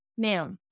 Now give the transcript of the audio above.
Now